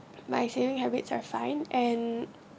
my saving habits are fine and